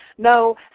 No